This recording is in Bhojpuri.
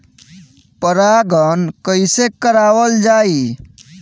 परागण कइसे करावल जाई?